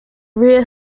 rear